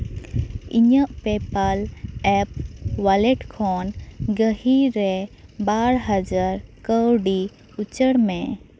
ᱤᱧᱟᱹᱜ PayPal app wallet ᱠᱷᱚᱱ ᱜᱟᱹᱦᱤᱨ ᱨᱮ ᱵᱟᱨ ᱦᱟᱡᱟᱨ ᱠᱟᱹᱣᱰᱤ ᱩᱪᱟᱹᱲ ᱢᱮ